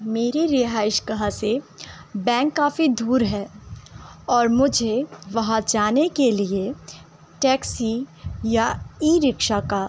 میری رہائش گاہ سے بینک کافی دور ہے اور مجھے وہاں جانے کے لیے ٹیکسی یا ای رکشہ کا